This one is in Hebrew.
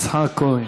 יצחק כהן.